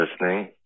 listening